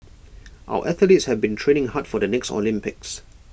our athletes have been training hard for the next Olympics